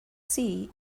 sea